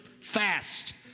fast